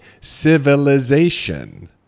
civilization